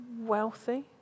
wealthy